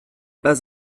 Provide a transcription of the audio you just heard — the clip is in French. pas